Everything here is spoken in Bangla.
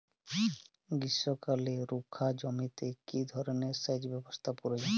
গ্রীষ্মকালে রুখা জমিতে কি ধরনের সেচ ব্যবস্থা প্রয়োজন?